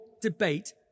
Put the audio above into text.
debate